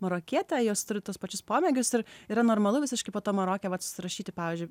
marokiete jos turi tuos pačius pomėgius ir yra normalu visiškai po to maroke vat susirašyti pavyzdžiui